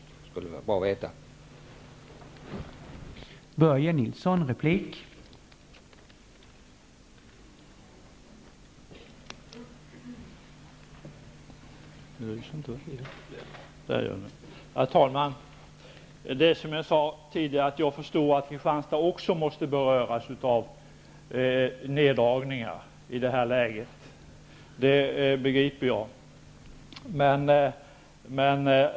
Det skulle jag gärna vilja veta.